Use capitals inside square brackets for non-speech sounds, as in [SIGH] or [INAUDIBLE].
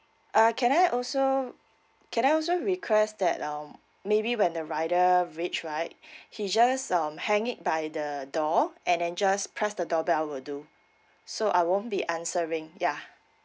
uh can I also can I also request that um maybe when the rider reach right [BREATH] he just um hang it by the door and then just press the doorbell will do so I won't be answering yeah